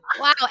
Wow